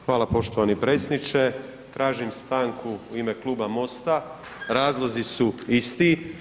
Hvala poštovani predsjedniče, tražim stanku u ime Kluba MOST-a, razlozi su isti.